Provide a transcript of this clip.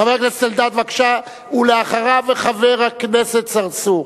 חבר הכנסת אלדד, בבקשה, ואחריו, חבר הכנסת צרצור,